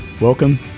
Welcome